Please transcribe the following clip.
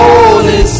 Holy